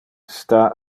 sta